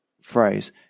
phrase